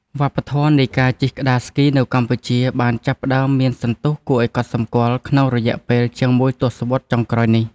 វប្បធម៌នៃការជិះក្ដារស្គីនៅកម្ពុជា បានចាប់ផ្ដើមមានសន្ទុះគួរឱ្យកត់សម្គាល់ក្នុងរយៈពេលជាងមួយទសវត្សរ៍ចុងក្រោយនេះ។